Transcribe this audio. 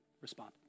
respond